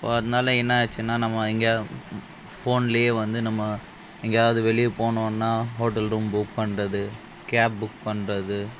இப்போ அதனால என்னாச்சின்னா நம்ம எங்கியாவது ஃபோன்லயே வந்து நம்ம எங்கியாவது வெளியே போனும்னா ஹோட்டல் ரூம் புக் பண்ணுறது கேப் புக் பண்ணுறது